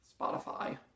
Spotify